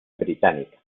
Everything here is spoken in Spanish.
británica